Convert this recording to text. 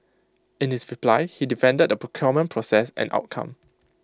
in his reply he defended the procurement process and outcome